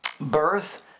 birth